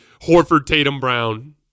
Horford-Tatum-Brown